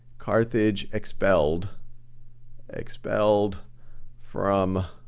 carthage expelled expelled from